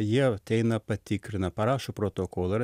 jie ateina patikrina parašo protokolą ir